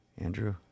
Andrew